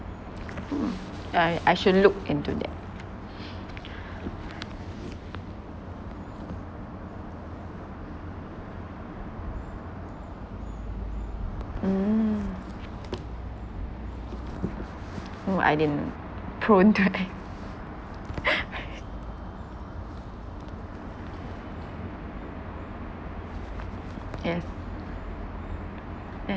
hmm yeah I should look into that mm no I didn't prone to acc~ yes